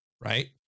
Right